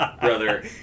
brother